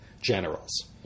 generals